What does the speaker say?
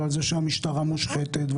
ועל זה שהמשטרה מושחתת,